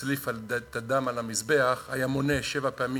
כשהיה מצליף את הדם על המזבח היה מונה שבע פעמים,